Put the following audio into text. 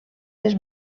les